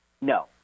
No